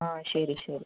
ആ ശരി ശരി